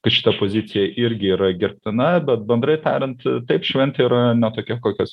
kad šita pozicija irgi yra gerbtina bet bendrai tariant taip šventė yra ne tokia kokios